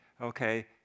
okay